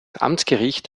amtsgericht